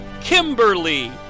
Kimberly